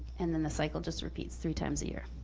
and then the cycle just repeats three times a year.